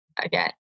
again